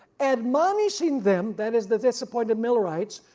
admonishing them, that is the disappointed millerites,